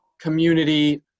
community